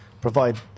provide